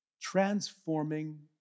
transforming